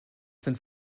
sind